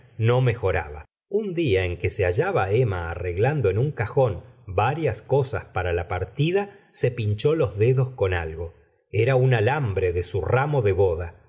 no mejoraba un día en que se hallaba emma arreglando en un cajón varias cosas para la partida se pinchó ls dedos con algo era un alambre de su ramo de boda